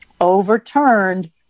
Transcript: overturned